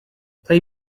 play